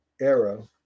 arrow